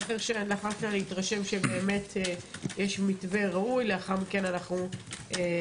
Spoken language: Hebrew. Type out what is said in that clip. לאחר שנתרשם שיש מתווה ראוי אנחנו נצביע.